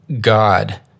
God